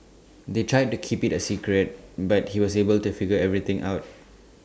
they tried to keep IT A secret but he was able to figure everything out